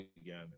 again